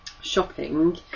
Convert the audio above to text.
shopping